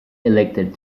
elected